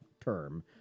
term